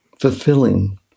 fulfilling